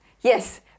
Yes